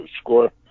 score